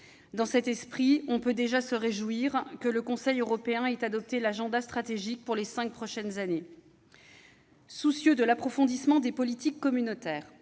Dans cet esprit, on peut déjà se réjouir que le Conseil européen ait adopté l'agenda stratégique pour les cinq prochaines années. Soucieux de l'approfondissement des politiques communautaires,